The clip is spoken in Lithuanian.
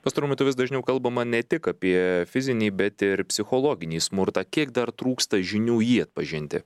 pastaruoju metu vis dažniau kalbama ne tik apie fizinį bet ir psichologinį smurtą kiek dar trūksta žinių jį atpažinti